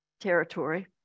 territory